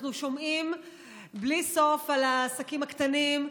אנחנו שומעים בלי סוף על העסקים הקטנים.